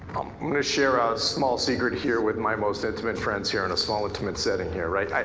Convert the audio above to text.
i'm gonna share ah a small secret here with my most intimate friends here in a small intimate setting here, right.